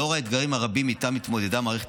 לאור האתגרים הרבים שאיתם התמודדו מערכת